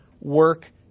work